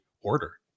order